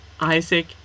Isaac